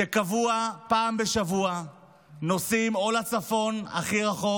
שקבוע פעם בשבוע נוסעים או לצפון הכי רחוק